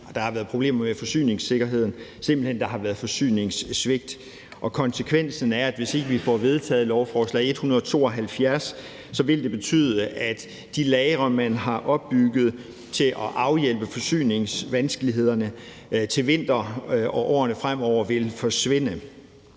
der har været problemer med forsyningssikkerheden vedrørende kritisk apoteksmedicin. Der har simpelt hen været forsyningssvigt. Konsekvensen er, at hvis ikke vi får vedtaget lovforslag nr. L 172, vil det betyde, at de lagre, man har opbygget til at afhjælpe forsyningsvanskelighederne til vinter og i årene fremover, vil forsvinde.